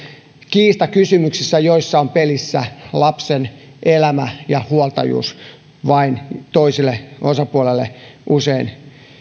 kiistakysymyksissä joissa on pelissä lapsen elämä ja joissa huoltajuus vain toiselle osapuolelle on usein